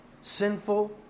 sinful